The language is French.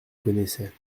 connaissaient